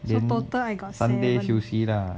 then total I got seven